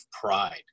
pride